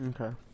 Okay